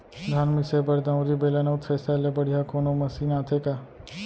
धान मिसे बर दंवरि, बेलन अऊ थ्रेसर ले बढ़िया कोनो मशीन आथे का?